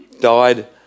died